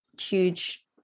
huge